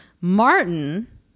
Martin